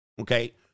Okay